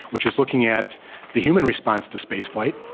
which is looking at the human response to space flight.